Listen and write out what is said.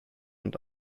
und